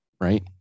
Right